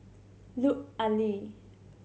Lut Ali